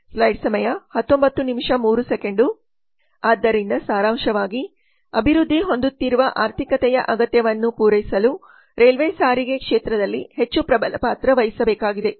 ಆದ್ದರಿಂದ ಸಾರಾಂಶವಾಗಿ ಅಭಿವೃದ್ಧಿ ಹೊಂದುತ್ತಿರುವ ಆರ್ಥಿಕತೆಯ ಅಗತ್ಯವನ್ನು ಪೂರೈಸಲು ರೈಲ್ವೆ ಸಾರಿಗೆ ಕ್ಷೇತ್ರದಲ್ಲಿ ಹೆಚ್ಚು ಪ್ರಬಲ ಪಾತ್ರ ವಹಿಸಬೇಕಾಗಿದೆ